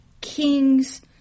king's